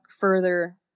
further